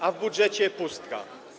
A w budżecie pustka.